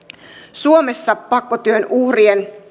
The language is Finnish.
suomessa pakkotyön uhrien